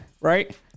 right